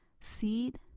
seed